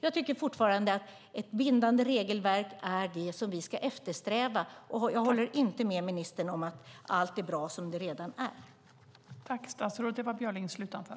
Jag tycker fortfarande att ett bindande regelverk är det som vi ska eftersträva. Jag håller inte med ministern om att allt redan är bra som det är.